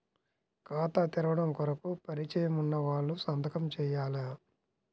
ఖాతా తెరవడం కొరకు పరిచయము వున్నవాళ్లు సంతకము చేయాలా?